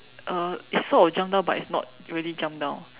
uh it's sort of jump down but it's not really jump down